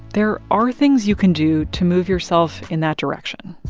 there are things you can do to move yourself in that direction,